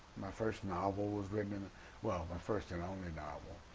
my first novel was written well my first and only novel,